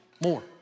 more